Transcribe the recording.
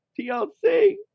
TLC